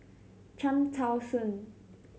Cham Tao Soon